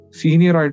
senior